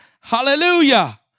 hallelujah